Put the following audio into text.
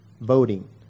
voting